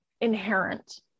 inherent